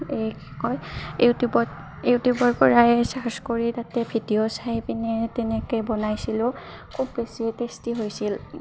এই কি কয় ইউটিউবত ইউটিউবৰ পৰাই চাৰ্চ কৰি তাতে ভিডিঅ' চাই পিনে তেনেকৈ বনাইছিলোঁ খুব বেছি টেষ্টি হৈছিল